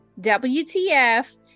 wtf